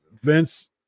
Vince